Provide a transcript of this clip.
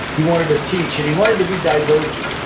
he wanted to teach, and he wanted to be divergent.